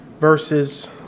verses